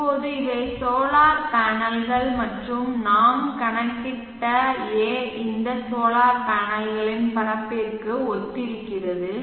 இப்போது இவை சோலார் பேனல்கள் மற்றும் நாம் கணக்கிட்ட A இந்த சோலார் பேனல்களின் பரப்பிற்கு ஒத்திருக்கிறது